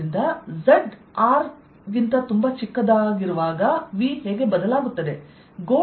If zR VzσR20zzR RzσR04πσR24π0RQ4π0R ಆದ್ದರಿಂದ zR ನೊಂದಿಗೆ V ಹೇಗೆ ಬದಲಾಗುತ್ತದೆ